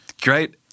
great